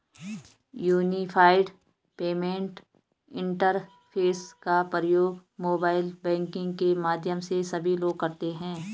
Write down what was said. unified payment interface का प्रयोग mobile banking के माध्यम से सभी लोग करते हैं